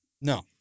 No